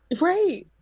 Right